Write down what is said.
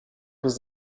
was